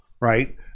right